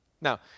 Now